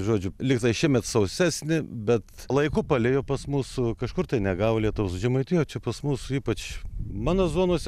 žodžiu liktai šiemet sausesni bet laiku palijo pas mus kažkur tai negavo lietaus žemaitijoj čia pas mus ypač mano zonose